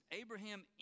Abraham